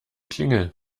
klingel